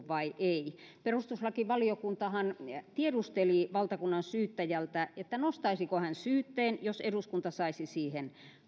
vai ei perustuslakivaliokuntahan tiedusteli valtakunnansyyttäjältä nostaisiko hän syytteen jos eduskunta antaisi siihen